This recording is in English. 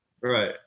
Right